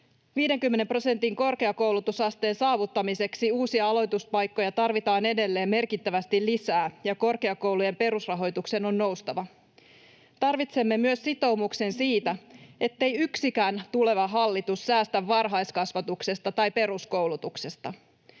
50 prosentin korkeakoulutusasteen saavuttamiseksi tarvitaan uusia aloituspaikkoja edelleen merkittävästi lisää, ja korkeakoulujen perusrahoituksen on noustava. Tarvitsemme myös sitoumuksen siitä, ettei yksikään tuleva hallitus säästä varhaiskasvatuksesta tai peruskoulutuksesta.